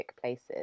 places